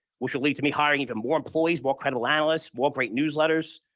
which should lead to me hiring even more employees, more credible analysts, more great newsletters,